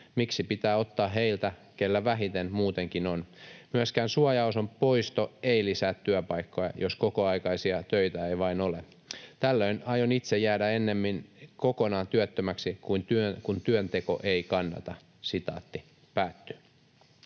Miksi pitää ottaa heiltä, keillä vähiten muutenkin on? Myöskään suojaosan poisto ei lisää työpaikkoja, jos kokoaikaisia töitä ei vain ole. Tällöin aion itse jäädä ennemmin kokonaan työttömäksi, kun työnteko ei kannata.” ”Vuokra